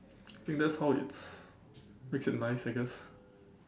I think that's how it's makes it nice I guess